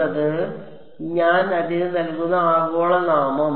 എന്നതാണ് ഞാൻ അതിന് നൽകുന്ന ആഗോള നാമം